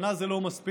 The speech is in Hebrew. שנה זה לא מספיק,